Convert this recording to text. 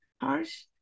Harsh